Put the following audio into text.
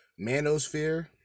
manosphere